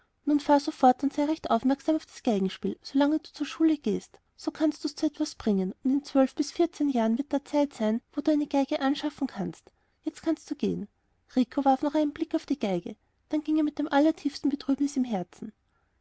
fort und sei recht aufmerksam auf das geigenspiel solange du zur schule gehst so kannst du's zu etwas bringen und in zwölf bis vierzehn jahren wird die zeit da sein da du auch eine geige anschaffen kannst jetzt kannst du gehen rico warf noch einen blick auf die geige dann ging er mit der allertiefsten betrübnis im herzen